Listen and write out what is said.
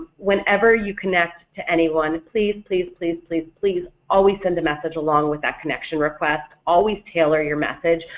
whenever you connect to anyone please please please please please always send a message along with that connection request, always tailor your message,